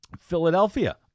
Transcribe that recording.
Philadelphia